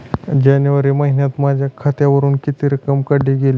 जानेवारी महिन्यात माझ्या खात्यावरुन किती रक्कम काढली गेली?